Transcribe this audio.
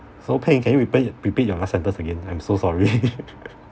so peng can you repeat repeat your last sentence again I'm so sorry